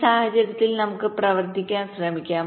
ഈ സാഹചര്യത്തിൽ നമുക്ക് പ്രവർത്തിക്കാൻ ശ്രമിക്കാം